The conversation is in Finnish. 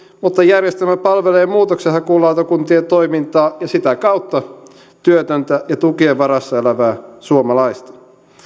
mutta järjestelmä palvelee muutoksenhakulautakuntien toimintaa ja sitä kautta työtöntä ja tukien varassa elävää suomalaista